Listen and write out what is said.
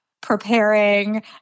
preparing